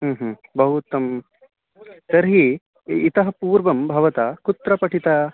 ह्म् ह्म् बहूत्तम् तर्हि इ इतः पूर्वं भवता कुत्र पठितम्